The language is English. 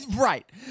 Right